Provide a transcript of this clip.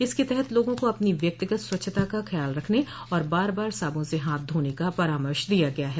इसके तहत लोगों को अपनी व्यक्तिगत स्वच्छता का ख्याल रखने और बार बार साबुन से हाथ धोने का परामर्श दिया गया है